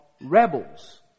rebels